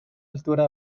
altura